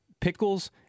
pickles